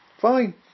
Fine